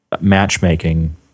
matchmaking